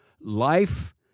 life